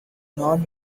non